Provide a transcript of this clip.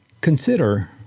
Consider